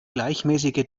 gleichmäßige